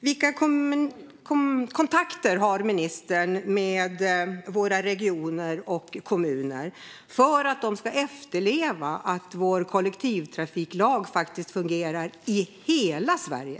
Vilka kontakter har ministern med våra regioner och kommuner för att de ska se till att vår kollektivtrafiklag efterlevs i hela Sverige?